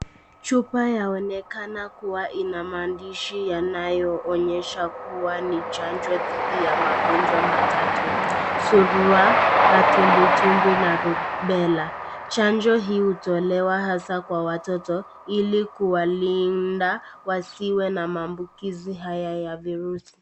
Chupa yanaonekana kuwa ina maandishi yanayoonyesha kuwa ni chanjo dhidi ya magonjwa matatu surua, matumbwi tumbwi na rubela. Chanjo hii hutolewa hasa kwa watoto ili kuwalinda ili wasiwe na maabukizi haya ya virusi.